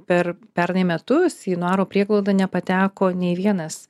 per pernai metus į naro prieglaudą nepateko nei vienas